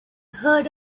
heard